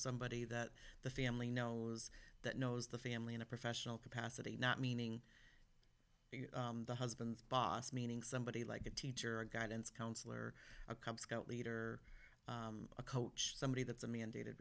somebody that the family knows that knows the family in a professional capacity not meaning the husband's boss meaning somebody like a teacher or guidance counselor a cub scout leader a coach somebody that's a mandated